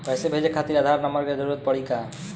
पैसे भेजे खातिर आधार नंबर के जरूरत पड़ी का?